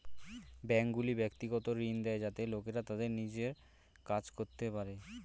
ব্যাঙ্কগুলি ব্যক্তিগত ঋণ দেয় যাতে লোকেরা তাদের নিজের কাজ করতে পারে